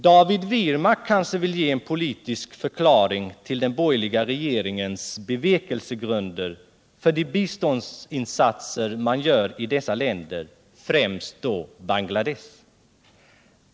David Wirmark kanske vill ge en politisk förklaring till den borgerliga regeringens bevekelsegrunder för de biståndsinsatser man gör i dessa länder, främst då Bangladesh?